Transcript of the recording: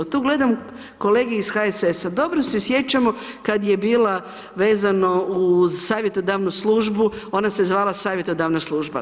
Tu gledam kolege iz HSS-a, dobro se sjećamo kad je bila vezano uz savjetodavnu službu, ona se zvala savjetodavna služba.